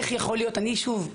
אני שוב,